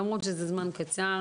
למרות שזה זמן קצר,